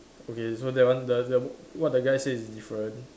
okay so that one the the what the guy says is different